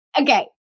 Okay